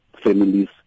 families